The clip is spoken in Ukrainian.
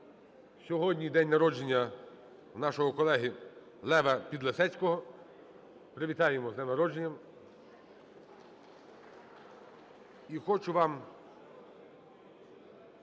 Сьогодні день народження у нашого колеги Лева Підлісецького. Привітаємо з днем народження!